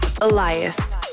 Elias